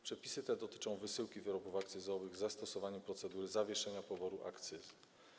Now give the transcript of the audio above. Przepisy te dotyczą wysyłki wyrobów akcyzowych z zastosowaniem procedury zawieszenia poboru akcyzy.